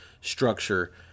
structure